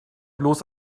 bloß